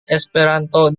esperanto